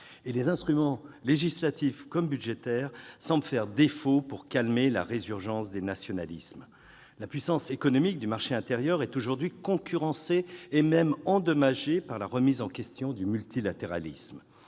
Et les instruments, législatifs comme budgétaires, semblent faire défaut pour calmer la résurgence des nationalismes. La puissance économique du marché intérieur est aujourd'hui concurrencée, et même endommagée, par la remise en question du multilatéralisme.